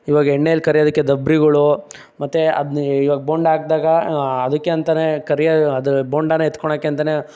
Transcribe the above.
ಈವಾಗ ಎಣ್ಣೆಯಲ್ಲಿ ಕರೆಯೋದಕ್ಕೆ ದಬ್ರಿಗಳು ಮತ್ತೆ ಅದನ್ನ ಈವಾಗ ಬೋಂಡಾ ಹಾಕಿದಾಗ ಅದಕ್ಕೆ ಅಂತನೇ ಕರಿಯ ಅದು ಬೋಂಡನೇ ಎತ್ಕೊಳ್ಳೋಕ್ಕೆ ಅಂತನೇ